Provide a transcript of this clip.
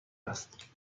است